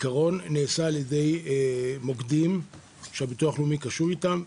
נעשה בידי מוקדים שקשורים לביטוח הלאומי.